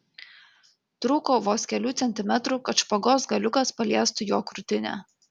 trūko vos kelių centimetrų kad špagos galiukas paliestų jo krūtinę